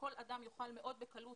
שכל אדם יוכל מאוד בקלות,